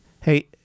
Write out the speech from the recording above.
Hey